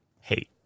hate